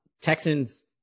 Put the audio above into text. Texans